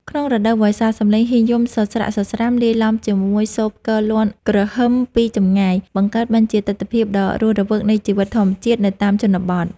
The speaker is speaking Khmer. ក្នុងរដូវវស្សា សំឡេងហ៊ីងយំសស្រាក់សស្រាំលាយឡំជាមួយសូរផ្គរលាន់គ្រហឹមពីចម្ងាយ បង្កើតបានជាទិដ្ឋភាពដ៏រស់រវើកនៃជីវិតធម្មជាតិនៅតាមជនបទ។